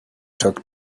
talk